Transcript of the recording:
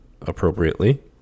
appropriately